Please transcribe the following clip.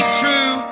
true